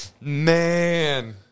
man